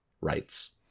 rights